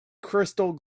crystal